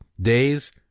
days